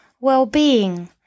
well-being